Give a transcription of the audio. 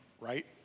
right